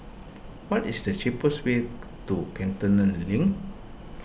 what is the cheapest way to Cantonment Link